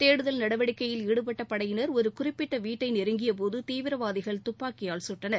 தேடுதல் நடவடிக்கையில் ஈடுபட்ட படையினர் ஒரு குறிப்பிட்ட வீட்டை நெருங்கியபோது தீவிரவாதிகள் துப்பாக்கியால் சுட்டனர்